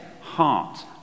heart